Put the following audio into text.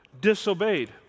disobeyed